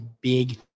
big